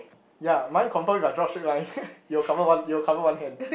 ya mine confirm if I draw straight line it will cover one it will cover one hand